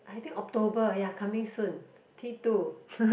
I think October ya coming soon T two